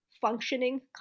functioning